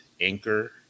Anchor